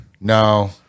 no